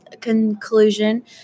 conclusion